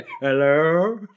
hello